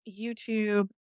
YouTube